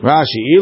Rashi